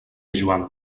joan